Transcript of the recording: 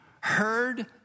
heard